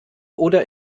oder